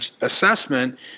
assessment